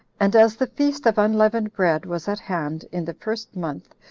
and as the feast of unleavened bread was at hand, in the first month,